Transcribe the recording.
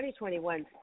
2021